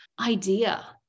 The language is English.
idea